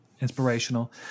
inspirational